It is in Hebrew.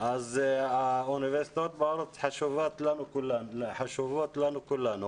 אז האוניברסיטאות בארץ חשובות לנו כולנו